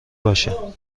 باشه